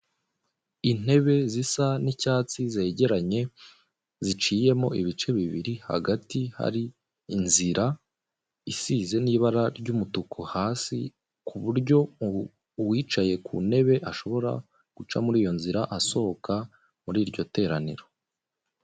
Intebe zisa n'icyatsi zegeranye ziciyemo ibice bibiri hagati hari inzira isize n'ibara ry'umutuku hasi ku buryo uwicaye ku ntebe ashobora guca muri iyo nzira asohoka muri iryo teraniro.